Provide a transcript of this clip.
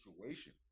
situation